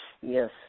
Yes